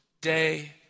day